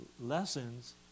lessons